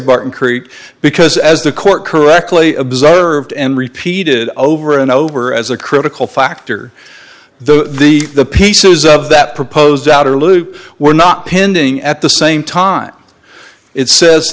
barton creek because as the court correctly observed and repeated over and over as a critical factor though the the pieces of that proposed outer loop were not pending at the same time it says